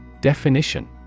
Definition